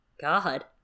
God